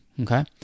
Okay